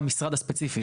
במשרד הספציפי.